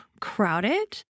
crowded